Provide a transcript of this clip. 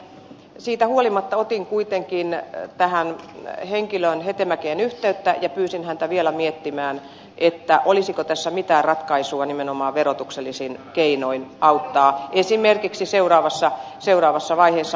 siitä huolimatta otin kuitenkin tähän henkilöön hetemäkeen yhteyttä ja pyysin häntä vielä miettimään olisiko tässä mitään ratkaisua nimenomaan verotuksellisin keinoin auttaa esimerkiksi seuraavassa vaiheessa